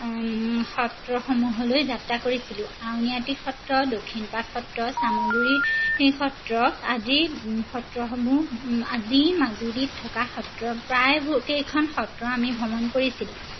সত্ৰসমূহলৈ যাত্ৰা কৰিছিলোঁ আউনীআটী সত্ৰ দক্ষিণপাট সত্ৰ চামগুৰি সত্ৰ আদি সত্ৰসমূহ আদি মাজুলীত থকা সত্ৰ প্ৰায়বোৰ কেইখন সত্ৰ আমি ভ্ৰমণ কৰিছিলোঁ